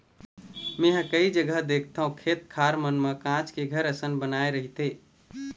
मेंहा कई जघा देखथव खेत खार मन म काँच के घर असन बनाय रहिथे